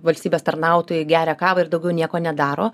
valstybės tarnautojai geria kavą ir daugiau nieko nedaro